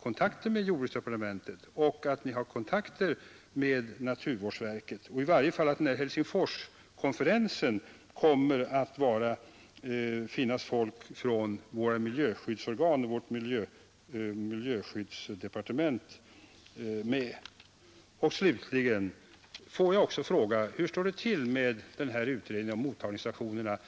kommunikationsdepartementet har kontakter med jordbruksdepartementet och naturvårdsverket och att det vid Helsingforskonferensen kommer att finnas folk från miljöskyddsorganisationer och miljöskyddets departement. Får jag slutligen fråga: Hur står det till med utredningen om mottagningsstationerna?